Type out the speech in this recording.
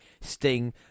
Sting